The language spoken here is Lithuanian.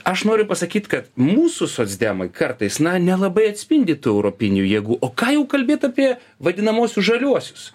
aš noriu pasakyt kad mūsų socdemai kartais na nelabai atspindi tų europinių jėgų o ką jau kalbėt apie vadinamuosius žaliuosius